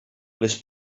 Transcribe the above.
les